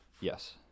Yes